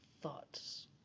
thoughts